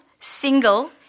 single